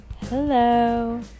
Hello